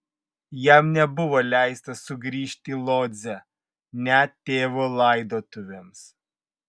jam nebuvo leista sugrįžti į lodzę net tėvo laidotuvėms